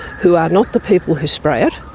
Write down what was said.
who are not the people who spray it,